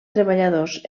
treballadors